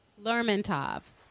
Lermontov